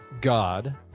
God